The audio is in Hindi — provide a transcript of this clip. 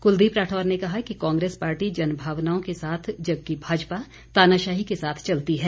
कुलदीप राठौर ने कहा कि कांग्रेस पार्टी जनभावनाओं के साथ जबकि भाजपा तानाशाही के साथ चलती है